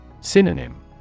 Synonym